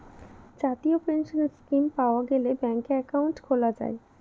জাতীয় pension scheme পাওয়া গেলে ব্যাঙ্কে একাউন্ট খোলা যায়